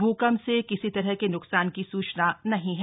भूकंप से किसी तरह के न्कसान की सूचना नहीं है